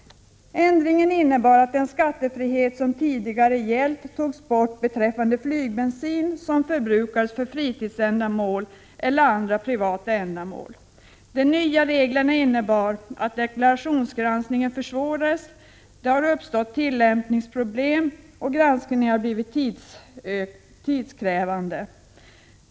Ändringen innebar att den skattefrihet som tidigare gällt togs bort beträffande flygbensin som förbrukades för fritidsändamål eller andra privata ändamål. De nya reglerna innebar att deklarationsgranskningen försvårades. Det har uppstått tillämpningsproblem och granskningen har blivit tidskrävande.